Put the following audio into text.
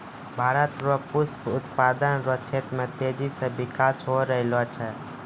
भारत रो पुष्प उत्पादन रो क्षेत्र मे तेजी से बिकास होय रहलो छै